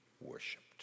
worshipped